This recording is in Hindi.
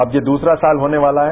अब यह दूसरा साल होने वाला है